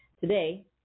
Today